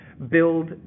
Build